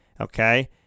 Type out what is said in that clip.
Okay